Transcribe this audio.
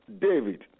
David